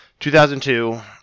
2002